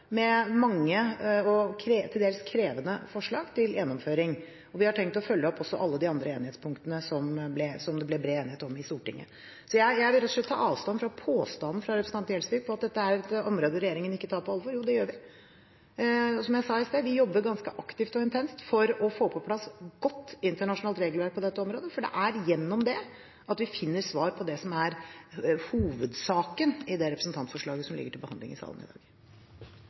med mange og til dels krevende forslag til gjennomføring. Vi har tenkt å følge opp også alle de andre enighetspunktene som det ble bred enighet om i Stortinget. Så jeg vil rett og slett ta avstand fra påstanden fra representanten Gjelsvik om at dette er et område regjeringen ikke tar på alvor, for det gjør vi. Som jeg sa i sted, jobber vi ganske aktivt og intenst for å få på plass et godt internasjonalt regelverk på dette området, for det er gjennom det vi finner svar på det som er hovedsaken i det representantforslaget som er til behandling i salen i dag.